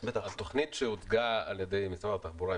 התוכנית שהוצגה על ידי משרד התחבורה,